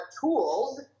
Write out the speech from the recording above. tools